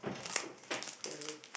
six seven